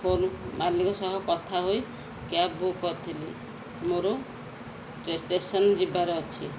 ମାଲିକ ସହ କଥା ହୋଇ କ୍ୟାବ୍ ବୁକ୍ କରିଥିଲି ମୋର ଷ୍ଟେସନ୍ ଯିବାର ଅଛି